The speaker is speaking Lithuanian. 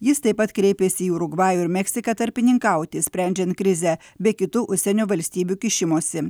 jis taip pat kreipėsi į urugvajų ir meksiką tarpininkauti sprendžiant krizę be kitų užsienio valstybių kišimosi